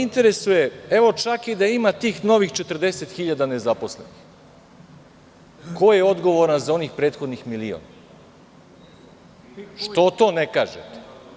Interesuje me, evo čak da ima tih novih 40.000 nezaposlenih, ko je odgovoran za onih prethodnih milion, što to ne kažete?